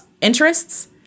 interests